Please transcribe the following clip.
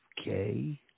Okay